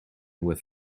with